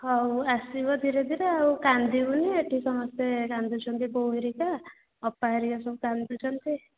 ହଉ ଆସିବ ଧୀରେ ଧୀରେ ଆଉ କାନ୍ଦିବୁନି ଏହିଠି ସମସ୍ତେ କାନ୍ଦୁଛନ୍ତି ବୋଉ ହେରିକା ଅପା ହେରିକା ସବୁ କାନ୍ଦୁଛନ୍ତି